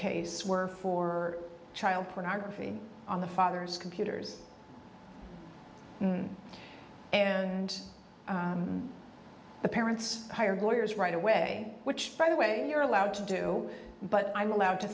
case were for child pornography on the father's computers and the parents hire goers right away which by the way you're allowed to do but i'm allowed to